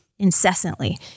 Incessantly